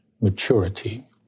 maturity